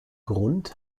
grund